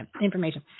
information